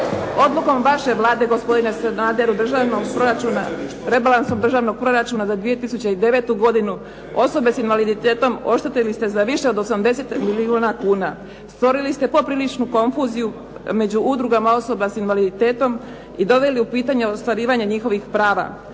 Odlukom vaše Vlade, gospodine Sanaderu, rebalansom Državnog proračuna za 2009. godinu osobe s invaliditetom oštetili ste za više od 80 milijuna kuna. Stvorili ste popriličnu konfuziju među udrugama osoba s invaliditetom i doveli u pitanje ostvarivanje njihovih prava.